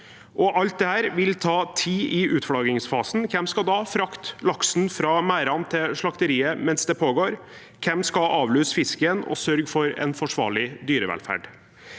alt dette vil ta tid i utflaggingsfasen. Hvem skal frakte laksen fra merdene til slakteriet mens det pågår? Hvem skal avluse fisken og sørge for en forsvarlig dyrevelferd?